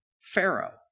Pharaoh